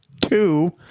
two